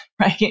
right